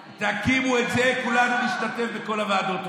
תקימו את זה כולנו נשתתף בכל הוועדות.